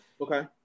Okay